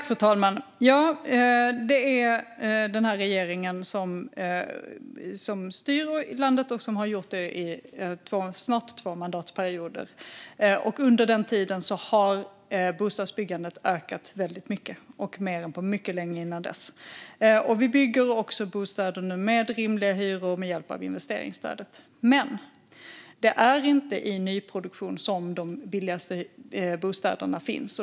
Fru talman! Det är regeringen som styr landet och som har gjort det under snart två mandatperioder. Under denna tid har bostadsbyggandet ökat väldigt mycket, mer än på mycket länge dessförinnan. Vi bygger nu också bostäder med rimliga hyror med hjälp av investeringsstödet. Men: Det är inte i nyproduktionen som de billigaste bostäderna finns.